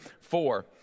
four